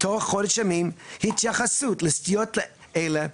תוך חודש ימים התייחסות לסטיות אלה,